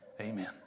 amen